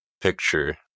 picture